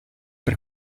per